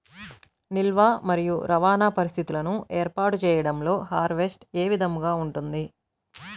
నిల్వ మరియు రవాణా పరిస్థితులను ఏర్పాటు చేయడంలో హార్వెస్ట్ ఏ విధముగా ఉంటుంది?